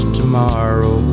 tomorrow